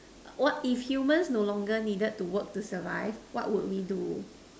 what if humans no longer needed to work to survive what would we do